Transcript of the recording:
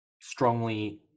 strongly